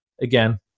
again